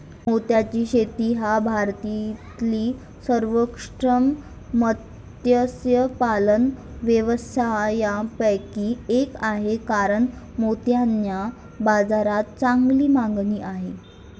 मोत्याची शेती हा भारतातील सर्वोत्कृष्ट मत्स्यपालन व्यवसायांपैकी एक आहे कारण मोत्यांना बाजारात चांगली मागणी आहे